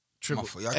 Triple